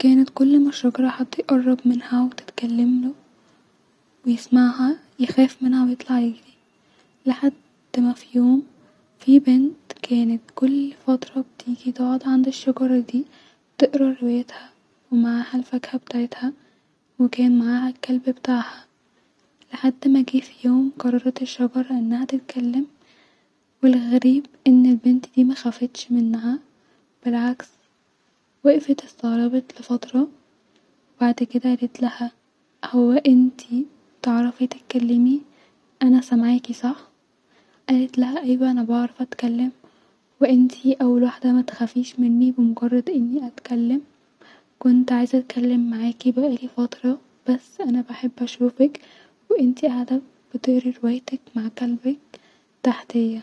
كانت كل ما الشجره حد يقرب منها وتتكلملو-يسمعها يخاف منها ويطلع يجري-لحد ما في يوم في بنت كانت كل يوم بتيجي تقعد عند الشجره دي-تقرأ روايتها ومعاها الفكهه بتاعتها-وكان معاها الكلب بتاعها- لحد ما جيه اليوم الي الشجره قررت تتكلم والغريب ان البنت دي مخفتش منها بالعكس-وقفت استغربت لفتره وبعدين قالت ليها-هو انتي تعرفي تتكلمي-انا سمعاكي صح-قالت لها ايوا انا بعرف اتكلم وانتي وول واحده متخافيش مني-بمجرد اني اتكلم-كنت عايزه اتكلم معاكي بقالي فتره بس انا بحب اشوفك-وانتي قاعده بتقري روايتك ومع كلبك تحتيا